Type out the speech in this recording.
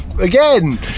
again